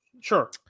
Sure